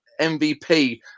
MVP